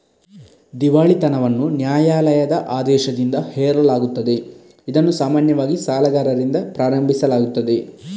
ದಿವಾಳಿತನವನ್ನು ನ್ಯಾಯಾಲಯದ ಆದೇಶದಿಂದ ಹೇರಲಾಗುತ್ತದೆ, ಇದನ್ನು ಸಾಮಾನ್ಯವಾಗಿ ಸಾಲಗಾರರಿಂದ ಪ್ರಾರಂಭಿಸಲಾಗುತ್ತದೆ